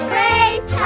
Praise